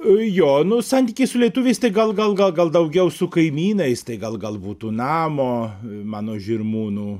joo nu santykiai su lietuviais tai gal gal gal daugiau su kaimynais tai gal gal būtų namo mano žirmūnų